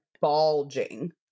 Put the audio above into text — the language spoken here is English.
bulging